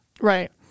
Right